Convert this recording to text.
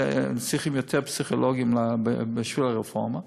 הם צריכים יותר פסיכולוגים בשביל הרפורמה,